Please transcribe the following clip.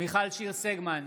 מיכל שיר סגמן,